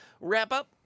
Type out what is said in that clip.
wrap-up